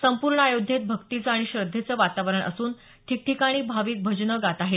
संपूर्ण अयोध्येत भक्तीचं आणि श्रद्धेचं वातावरण असून ठिकठिकाणी भाविक भजनं गात आहेत